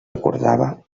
recordava